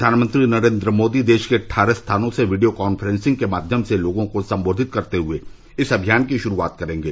प्रघानमंत्री नरेन्द्र मोदी देश के अट्ठारह स्थानों से वीडियो कफ्रेंसिंग के माध्यम से लोगों को संबोधित करते हुए इस अभियान की शुरूआत करेंगे